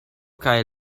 kaj